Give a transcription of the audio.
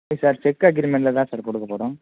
இல்லை sir cheque அக்ரீமெண்ட்டில் தான் சார் கொடுக்கப் போகிறோம்